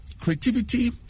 creativity